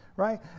Right